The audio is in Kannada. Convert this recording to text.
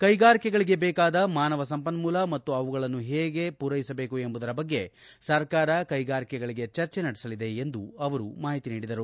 ಕೈಗಾರಿಕೆಗಳಿಗೆ ಬೇಕಾದ ಮಾನವ ಸಂಪನ್ಮೂಲ ಮತ್ತು ಅವುಗಳಿಗೆ ಹೇಗೆ ಪೂರೈಸಬೇಕು ಎಂಬುದರ ಬಗ್ಗೆ ಸರ್ಕಾರ ಕೈಗಾರಿಕೆಗಳೊಂದಿಗೆ ಚರ್ಚೆ ನಡೆಸಲಿದೆ ಎಂದು ಅವರು ಮಾಹಿತಿ ನೀಡಿದರು